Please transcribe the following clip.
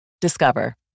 Discover